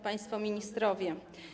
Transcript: Państwo Ministrowie!